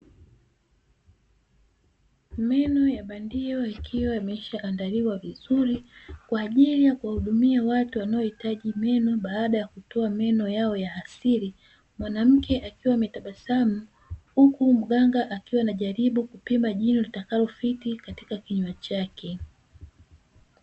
Meno ya bandia ikiwa yameishaandaliwa vizuri kwa ajili ya kuwahudumia watu wanaohitaji meno baada ya kutoa meno yao ya asili, mwanamke akiwa ametabasamu huku mganga akiwa anajaribu kubebea jiko litakalofiti katika kinywa chake.